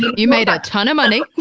but you made a ton of money